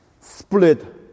split